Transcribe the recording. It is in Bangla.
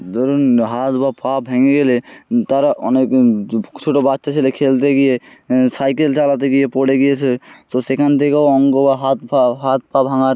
ধরুন হাত বা পা ভেঙে গেলে তারা অনেক ছোটো বাচ্চা ছেলে খেলতে গিয়ে সাইকেল চালাতে গিয়ে পড়ে গিয়েছে তো সেখান থেকেও অঙ্গ বা হাত পা ও হাত পা ভাঙার